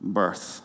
birth